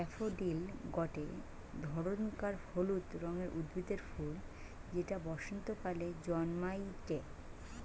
daffodil গটে ধরণকার হলুদ রঙের উদ্ভিদের ফুল যেটা বসন্তকালে জন্মাইটে